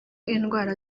indwara